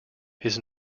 his